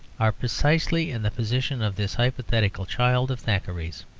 are precisely in the position of this hypothetical child of thackeray's.